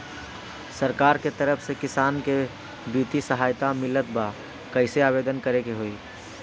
सरकार के तरफ से किसान के बितिय सहायता मिलत बा कइसे आवेदन करे के होई?